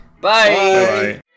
Bye